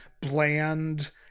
bland